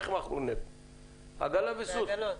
מכרו באמצעות עגלה וסוס.